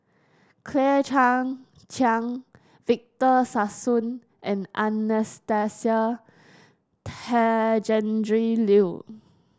Claire Chiang Chiang Victor Sassoon and Anastasia Tjendri Liew